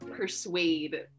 persuade